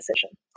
decision